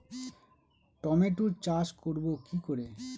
টমেটোর চাষ করব কি করে?